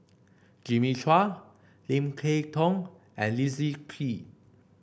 Jimmy Chua Lim Kay Tong and Leslie Kee